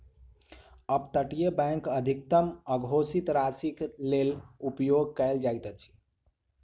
up तटीय bank अधिकतम अघोषित राशिक लेल उपयोग कयल जाइत अछि